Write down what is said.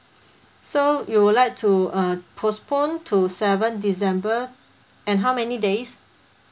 so you would like to uh postpone to seven december and how many days